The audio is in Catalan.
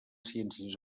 ciències